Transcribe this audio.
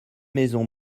maisons